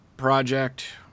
project